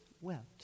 wept